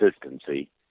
consistency